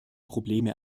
probleme